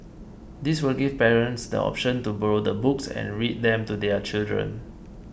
this will give parents the option to borrow the books and read them to their children